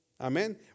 amen